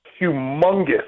humongous